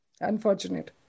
Unfortunate